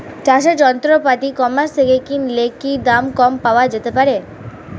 চাষের যন্ত্রপাতি e commerce থেকে কিনলে কি দাম কম পাওয়া যেতে পারে?